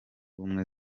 ubumwe